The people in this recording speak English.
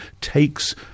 takes